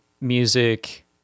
music